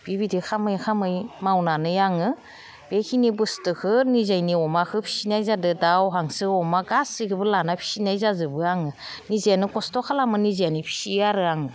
बिबायदि खालामै खालामै मावनानै आङो बेखिनि बुस्तुखौ निजायनि अमाखौ फिसिनाय जादो दाउ हांसो अमा गासैखौबो लाना फिसिनाय जाजोबो आङो निजेनो कस्त' खालामो निजेनो फिसियो आरो आङो